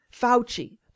Fauci